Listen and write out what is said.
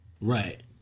Right